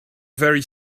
very